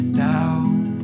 down